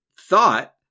thought